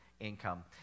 income